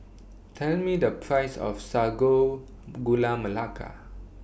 Tell Me The Price of Sago Gula Melaka